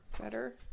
Better